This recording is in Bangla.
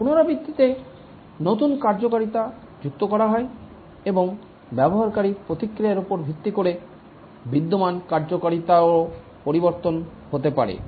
পুনরাবৃত্তিতে নতুন কার্যকারিতা যুক্ত করা হয় এবং ব্যবহারকারীর প্রতিক্রিয়ার উপর ভিত্তি করে বিদ্যমান কার্যকারিতারও পরিবর্তন হতে পারে